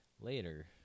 later